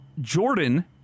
Jordan